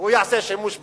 והוא יעשה שימוש בחוק.